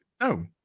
no